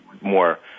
more